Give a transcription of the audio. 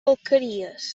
alqueries